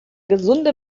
gesunde